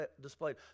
displayed